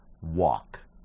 Walk